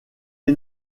est